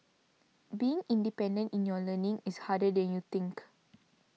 being independent in your learning is harder than you think